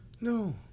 No